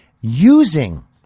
using